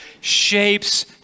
shapes